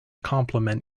complement